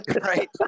Right